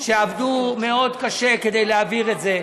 שעבדו מאוד קשה כדי להעביר את זה,